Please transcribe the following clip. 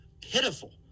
pitiful